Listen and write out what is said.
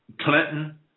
Clinton